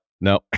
no